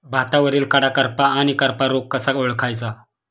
भातावरील कडा करपा आणि करपा रोग कसा ओळखायचा?